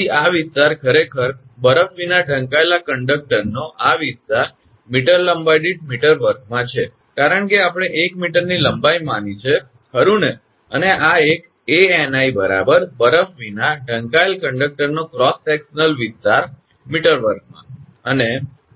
તેથી આ વિસ્તાર ખરેખર બરફ વિના ઢંકાયેલા કંડકટરનો આ વિસ્તાર મીટર લંબાઇ દીઠ મીટર વર્ગમાં છે કારણ કે આપણે 1 મીટરની લંબાઈ માની છે ખરુ ને અને આ એક 𝐴𝑛𝑖 બરફ વિના ઢંકાયેલ કંડકટરનો ક્રોસ સેક્શન વિસ્તાર મીટર વર્ગમાં અને